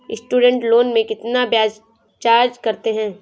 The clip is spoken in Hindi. स्टूडेंट लोन में कितना ब्याज चार्ज करते हैं?